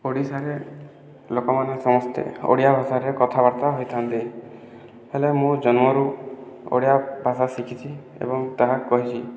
ଓଡ଼ିଶାରେ ଲୋକମାନେ ସମସ୍ତେ ଓଡ଼ିଆ ଭାଷାରେ କଥାବାର୍ତ୍ତା ହୋଇଥାନ୍ତି ହେଲେ ମୁଁ ଜନ୍ମରୁ ଓଡ଼ିଆ ଭାଷା ଶିଖିଛି ଏବଂ ତାହା କହିଛି